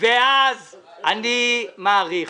--- ואז אני מעריך,